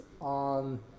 on